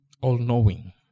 All-knowing